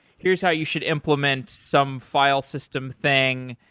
here's how you should implement some file system thing.